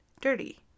dirty